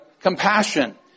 compassion